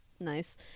nice